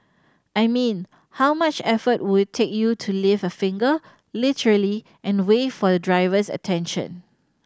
I mean how much effort would take you to lift a finger literally and wave for the driver's attention